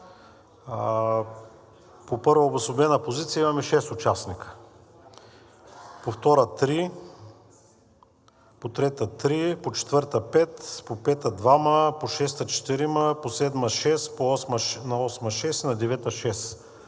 По първа обособена позиция имаме 6 участника. По втора – 3, по трета – 3, по четвърта – 5, по пета – 2, по шеста – 4, по седма – 6, по осма – 6. И на